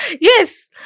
Yes